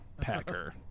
Packer